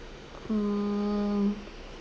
um